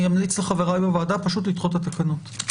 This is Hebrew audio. אני אמליץ לחבריי בוועדה פשוט לדחות את התקנות.